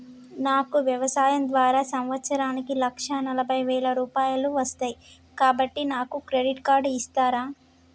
నాకు వ్యవసాయం ద్వారా సంవత్సరానికి లక్ష నలభై వేల రూపాయలు వస్తయ్, కాబట్టి నాకు క్రెడిట్ కార్డ్ ఇస్తరా?